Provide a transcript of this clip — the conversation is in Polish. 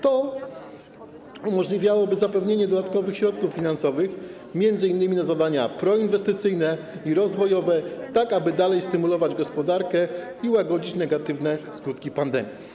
To umożliwiłoby zapewnienie dodatkowych środków finansowych m.in. na zadania proinwestycyjne i rozwojowe, tak aby dalej stymulować gospodarkę i łagodzić negatywne skutki pandemii.